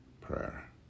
prayer